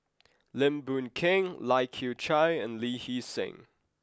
Lim Boon Keng Lai Kew Chai and Lee Hee Seng